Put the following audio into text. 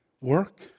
work